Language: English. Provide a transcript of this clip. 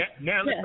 Now